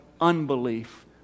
unbelief